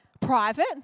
private